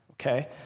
okay